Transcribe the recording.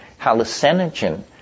hallucinogen